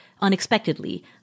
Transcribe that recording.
unexpectedly